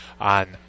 on